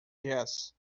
jazz